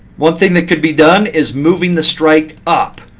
one thing that could be done is moving the strike up.